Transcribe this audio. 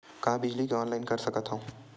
का बिजली के ऑनलाइन कर सकत हव?